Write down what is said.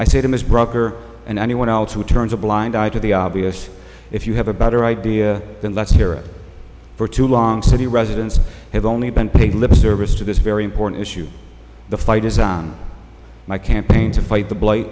see them as broker and anyone else who turns a blind eye to the obvious if you have a better idea than let's hear it for too long city residents have only been paying lip service to this very important issue the fight is on my campaign to fight the blight